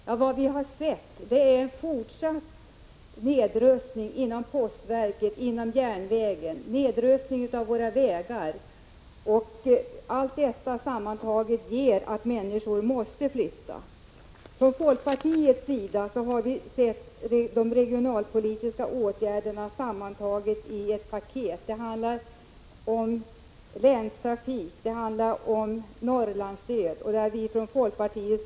Men vad vi har sett är en fortsatt nedrustning inom postverket, inom järnvägen och av våra vägar, och allt detta sammantaget innebär att människor måste flytta. Från folkpartiets sida har vi sett de regionalpolitiska åtgärderna sammantagna i ett paket, som bl.a. innehåller länstrafik och Norrlandsstöd.